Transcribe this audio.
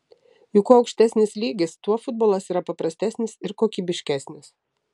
juk kuo aukštesnis lygis tuo futbolas yra paprastesnis ir kokybiškesnis